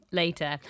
later